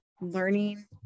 learning